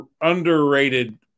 underrated